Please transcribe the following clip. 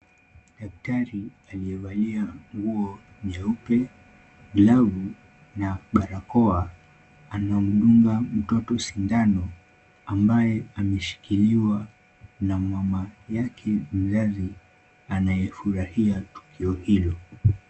Daktari aliyevalia nguo nyeupe, glavu na barakoa, anamdunga mtoto sindano ambaye ameshikiliwa na mama yake mzazi anayefurahia tukio hilo.